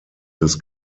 des